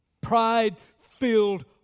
pride-filled